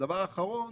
הדבר האחרון,